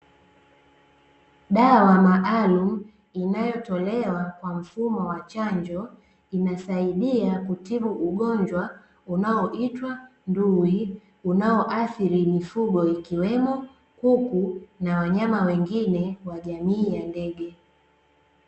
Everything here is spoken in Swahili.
Dawa maalumu inayotolewa kwa mfumo wa chanjo, inasaidia kutibu ugonjwa unaoitwa ndui, unaoathiri mifugo ikiwemo; kuku na wanyama wengine wa jamii ya ndege.